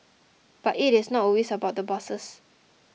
but it is not always about the bosses